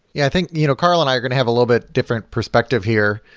yeah i think you know carl and i are going to have a little bit different perspective here.